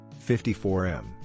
54M